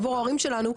עבור ההורים שלנו,